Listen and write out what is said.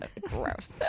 Gross